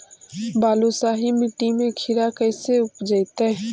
बालुसाहि मट्टी में खिरा कैसे उपजतै?